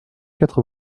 quatre